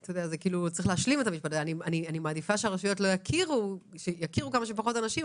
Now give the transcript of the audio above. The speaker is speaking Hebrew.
אני מעדיפה שהרשויות יכירו כמה שפחות אנשים,